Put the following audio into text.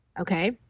okay